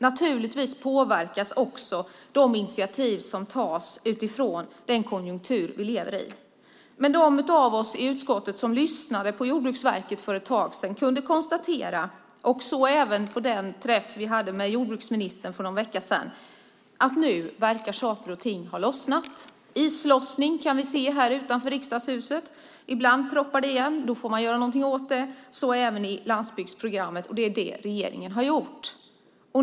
Naturligtvis påverkas också de initiativ som tas av den konjunktur vi lever i. De av oss som för ett tag sedan lyssnade på medarbetarna från Jordbruksverket, liksom på jordbruksministern vid en träff för någon vecka sedan, kan dock konstatera att nu verkar saker och ting ha lossnat. Islossning kan vi se utanför Riksdagshuset. Ibland proppar det igen. Då får man göra någonting åt det. Det gäller även landsbygdsprogrammet, och det är det som regeringen har gjort.